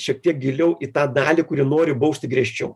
šiek tiek giliau į tą dalį kuri nori bausti griežčiau